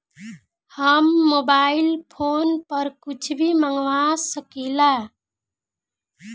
हम mobile phone पर कुछ भी मंगवा सकिला?